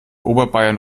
oberbayern